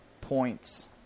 points